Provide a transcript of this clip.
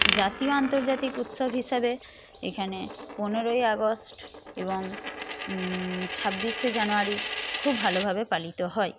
জাতীয় আন্তর্জাতিক উৎসব হিসাবে এখানে পনেরোই আগস্ট এবং ছাব্বিশে জানুয়ারি খুব ভালোভাবে পালিত হয়